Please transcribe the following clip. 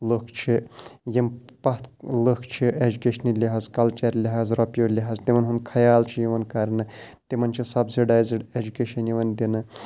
لُکھ چھِ یِم پَتھ لٕکھ چھِ ایٚجُکیشنہِ لِحاظ کَلچَر لِحاظ رۄپیہِ لِحاظ تِمَن ہُنٛد خیال چھُ یِوان کَرنہٕ تِمَن چھِ سَبسِڈایزٕڈ ایجوکیشَن یِوَان دِنہٕ